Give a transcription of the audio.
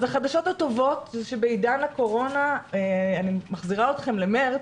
אז החדשות הטובות זה שבעידן הקורונה אני מחזירה אתכם לחודש מארס,